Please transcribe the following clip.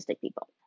people